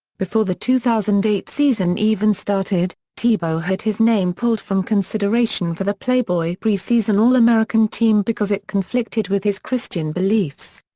before the two thousand and eight season even started, tebow had his name pulled from consideration for the playboy preseason all-american team because it conflicted with his christian beliefs.